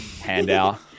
handout